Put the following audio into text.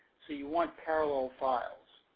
so, you want parallel files.